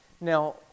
Now